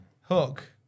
Hook